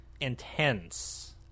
intense